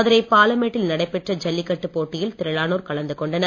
மதுரை பாலமேட்டில் நடைபெற்ற ஜல்லிக் கட்டு போட்டியில் திரளானோர் கலந்து கொண்டனர்